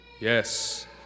Yes